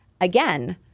again